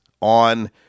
on